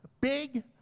big